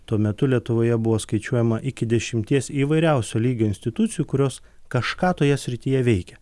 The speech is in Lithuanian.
tuo metu lietuvoje buvo skaičiuojama iki dešimties įvairiausio lygio institucijų kurios kažką toje srityje veikia